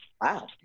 Wow